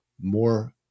more